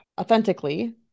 authentically